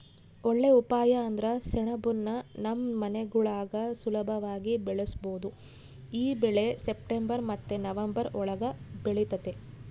ಒಳ್ಳೇ ಉಪಾಯ ಅಂದ್ರ ಸೆಣಬುನ್ನ ನಮ್ ಮನೆಗುಳಾಗ ಸುಲುಭವಾಗಿ ಬೆಳುಸ್ಬೋದು ಈ ಬೆಳೆ ಸೆಪ್ಟೆಂಬರ್ ಮತ್ತೆ ನವಂಬರ್ ಒಳುಗ ಬೆಳಿತತೆ